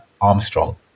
Armstrong